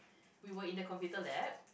we were in the computer lab